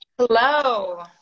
Hello